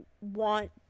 want